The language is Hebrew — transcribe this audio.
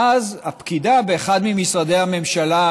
ואז הפקידה באחד ממשרדי הממשלה,